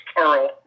Earl